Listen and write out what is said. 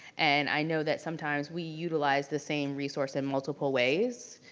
and i know that sometimes we utilize the same resource in multiple ways,